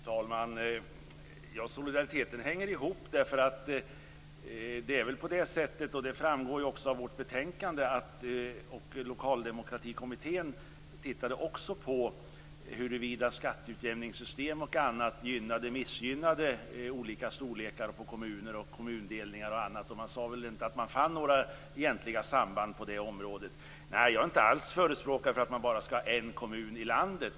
Fru talman! Solidariteten hänger ihop. Det framgår av vårt betänkande, och Lokaldemokratikommittén tittade också på huruvida skatteutjämningssystem och annat gynnade eller missgynnade olika storlekar på kommuner och kommundelningar. Man sade väl inte att man fann några egentliga samband på det området. Jag är inte alls förespråkare för att man bara skall ha en kommun i landet.